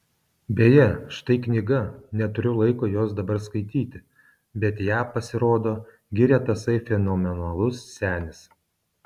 beje štai knyga neturiu laiko jos dabar skaityti bet ją pasirodo giria tasai fenomenalus senis